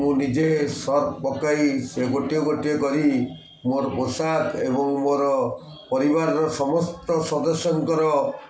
ମୁଁ ନିଜେ ସର୍ଫ ପକାଇ ସେ ଗୋଟିଏ ଗୋଟିଏ କରି ମୋର ପୋଷାକ ଏବଂ ମୋର ପରିବାରର ସମସ୍ତ ସଦସ୍ୟଙ୍କର